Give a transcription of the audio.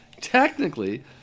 technically